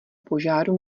požáru